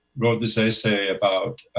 wrote this essay about